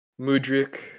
Mudrik